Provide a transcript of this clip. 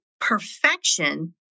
perfection